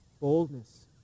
Boldness